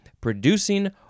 producing